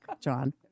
John